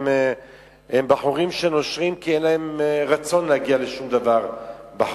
הם בחורים שנושרים כי אין להם רצון להגיע לשום דבר בחיים,